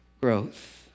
growth